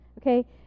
okay